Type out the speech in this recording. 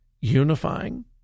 unifying